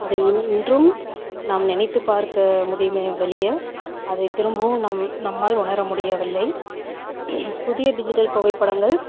அதை இன்றும் நாம் நினைத்து பார்க்க முடியும் வெளியே அதை திரும்பவும் நாம் நம்மால் உணர முடியவில்லை புதிய டிஜிட்டல் புகைப்படங்கள்